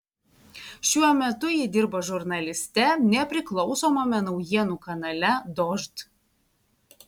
šiuo metu ji dirba žurnaliste nepriklausomame naujienų kanale dožd